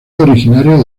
originario